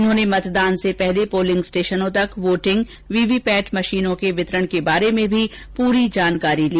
उन्होंने मतदान से पहले पोलिंग स्टेशनों तक वोटिंग वीवीपेट मशीनों के वितरण के बारे में भी पूरी जानकारी अधिकारियों से ली